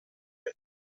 wenn